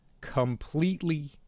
completely